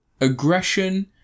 Aggression